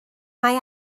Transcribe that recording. mae